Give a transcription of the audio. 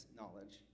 knowledge